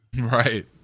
Right